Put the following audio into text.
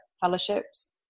fellowships